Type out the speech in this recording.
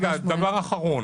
רגע, דבר אחרון.